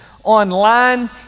online